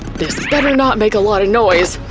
this better not make a lotta noise!